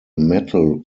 metal